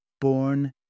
born